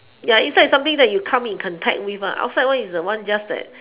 ya inside is something that you come in contact with outside one is the one just that